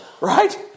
Right